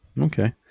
Okay